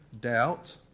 Doubt